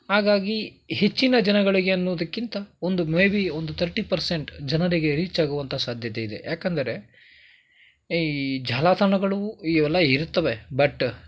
ಹಾಗಾಗಿ ಹೆಚ್ಚಿನ ಜನಗಳಿಗೆ ಅನ್ನೋದಕ್ಕಿಂತ ಒಂದು ಮೇಬಿ ಒಂದು ತರ್ಟಿ ಪರ್ಸೆಂಟ್ ಜನರಿಗೆ ರೀಚ್ ಆಗುವಂಥ ಸಾಧ್ಯತೆ ಇದೆ ಯಾಕಂದರೆ ಈ ಜಾಲತಾಣಗಳು ಇವೆಲ್ಲಾ ಇರುತ್ತವೆ ಬಟ್